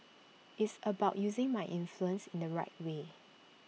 it's about using my influence in the right way